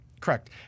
Correct